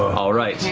all right,